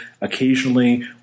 Occasionally